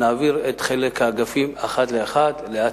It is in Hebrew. נעביר את האגפים אחד לאחד,